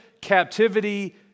captivity